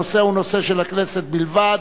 הנושא הוא נושא של הכנסת בלבד.